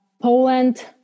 Poland